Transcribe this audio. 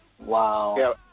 Wow